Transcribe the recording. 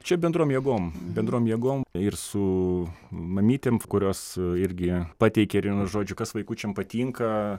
čia bendrom jėgom bendrom jėgom ir su mamytėm kurios irgi pateikė ir vienu žodžiu kad vaikučiam patinka